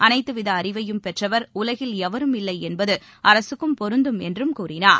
அனைத்துவித அறிவையும் பெற்றவர் உலகில் எவரும் இல்லை என்பது அரசுக்கும் பொருந்தும் என்றும் கூறினார்